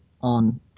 on